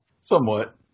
Somewhat